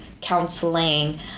counseling